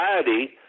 society